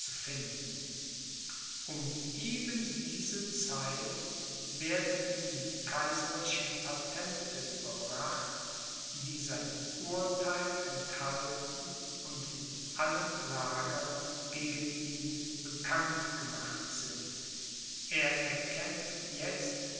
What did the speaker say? finden um eben diese zeit werden ihm die kaiserlichen patente überbracht die sein urtheil enthalten und in allen lagern gegen ihn bekannt gemacht sind er erkennt jetzt die